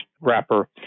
wrapper